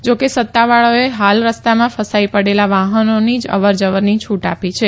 જા કે સત્તાવાળાઓએ હાલ રસ્તામાં ફસાઈ પડેલા વાહનોની જ અવર જવરની છુટ આપી છે